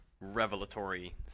revelatory